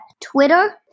Twitter